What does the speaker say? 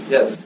Yes